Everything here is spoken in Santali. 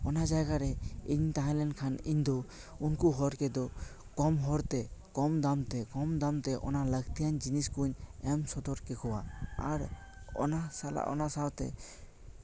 ᱚᱱᱟ ᱡᱟᱭᱜᱟ ᱨᱮ ᱤᱧ ᱛᱟᱦᱮᱸ ᱞᱮᱱᱠᱷᱟᱱ ᱫᱚ ᱤᱧ ᱫᱚ ᱩᱱᱠᱩ ᱦᱚᱲ ᱠᱚᱫᱚ ᱠᱚᱢ ᱦᱚᱲᱛᱮ ᱠᱚᱢ ᱫᱟᱢᱛᱮ ᱠᱚᱢ ᱫᱟᱢ ᱛᱮ ᱚᱱᱟ ᱚᱱᱟ ᱞᱟᱹᱠᱛᱤᱭᱟᱱ ᱡᱤᱱᱤᱥ ᱠᱚᱧ ᱮᱢ ᱥᱚᱫᱚᱨ ᱠᱮᱠᱚᱣᱟ ᱟᱨ ᱚᱱᱟ ᱥᱟᱞᱟᱜ ᱚᱱᱟ ᱥᱟᱶᱛᱮ